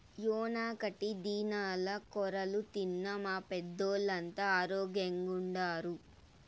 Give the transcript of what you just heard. యెనకటి దినాల్ల కొర్రలు తిన్న మా పెద్దోల్లంతా ఆరోగ్గెంగుండారు